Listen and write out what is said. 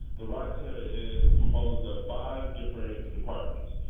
the ryse center is composed of five different departments.